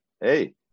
Hey